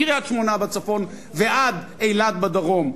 מקריית-שמונה בצפון ועד אילת בדרום.